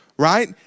Right